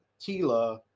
Tila